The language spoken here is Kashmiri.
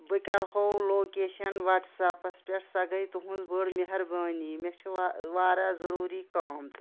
بہٕ کَرٕہو لوکیشن واٹٕس اپس پٮ۪ٹھ سۄ گٔیے تُہٕنٛز بٔڑ میہربٲنی مےٚ چھِ واریاہ ضروٗری کٲم تَتہِ